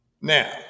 Now